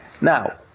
Now